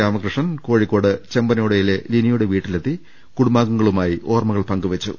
രാമകൃഷ്ണൻ കോഴിക്കോട് ചെമ്പനോട യിലെ ലിനിയുടെ വീട്ടിലെത്തി കൂടുംബാംഗങ്ങളുമായി ഓർമ്മകൾ പങ്കുവെച്ചു